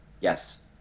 Yes